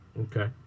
Okay